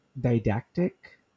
didactic